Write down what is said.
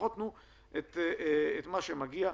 תנו לפחות את מה שמגיע.